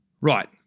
Right